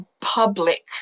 public